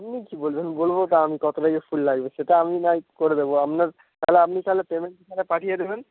আপনি কী বলবেন বলবো তো আমি কতটা কী ফুল লাগবে সেটা আমি নাহয় করে দেবো আপনার তাহলে আপনি তাহলে পেমেন্ট করে পাঠিয়ে দেবেন